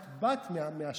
את באת מהשטח,